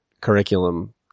curriculum